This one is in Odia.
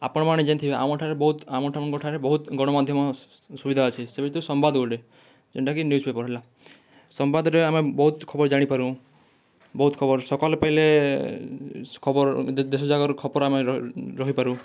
ଆପଣମାନେ ଜାଣିଥିବେ ଆମ ଠାରୁ ବହୁତ ବହୁତ ଗଣମାଧ୍ୟମ ସୁବିଧା ଅଛି ସେ ଭିତରୁ ସମ୍ୱାଦ ଗୋଟେ ଯେନ୍ଟାକି ନ୍ୟୁଜ୍ ପେପର୍ ହେଲା ସମ୍ୱାଦରେ ଆମେ ବହୁତ ଖବର ଜାଣିପାରୁ ବହୁତ ଖବର ସକାଳ ପାଇଲେ ଖବର ଦେଶ ଯାକର ଖପରା ରହିପାରୁ